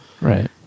Right